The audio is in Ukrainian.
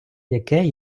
яке